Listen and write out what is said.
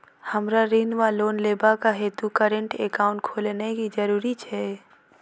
हमरा ऋण वा लोन लेबाक हेतु करेन्ट एकाउंट खोलेनैय जरूरी छै?